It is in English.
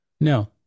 No